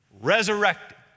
resurrected